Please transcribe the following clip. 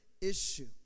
issue